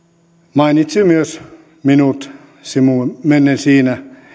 mainitsi myös minut sivumennen siinä